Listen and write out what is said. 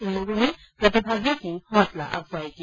इन लोगों ने प्रतिभागियों की हौंसला अफजाई की